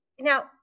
now